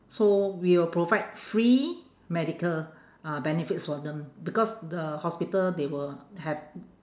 so we will provide free medical uh benefits for them because the hospital they will have